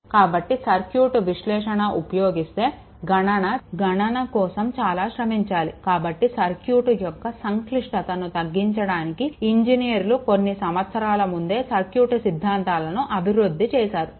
కాబట్టి సర్క్యూట్ విశ్లేషణ ఉపయోగిస్తే గణన కోసం చాలా శ్రమించాలి కాబట్టి సర్క్యూట్ యొక్క సంక్లిష్టతను తగ్గించడానికి ఇంజనీర్లు కొన్ని సంవత్సరాల ముందే సర్క్యూట్ సిద్ధాంతాలను అభివృద్ధి చేశారు